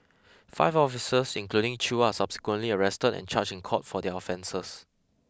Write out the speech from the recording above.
five officers including Chew are subsequently arrested and charged in court for their offences